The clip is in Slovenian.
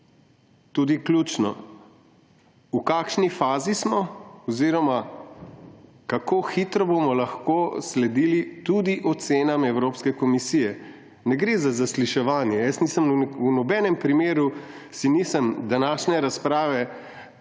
tudi ključno: V kakšni fazi smo oziroma kako hitro bomo lahko sledili tudi ocenam Evropske komisije? Ne gre za zasliševanje. V nobenem primeru si nisem današnje razprave